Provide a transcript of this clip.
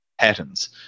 patterns